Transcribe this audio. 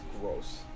Gross